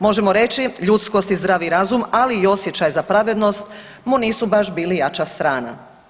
Možemo reći, ljudskost i zdravi razum, ali i osjećaji za pravednost mu nisu baš bili jača strana.